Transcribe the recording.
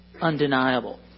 undeniable